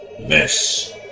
MISS